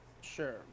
Sure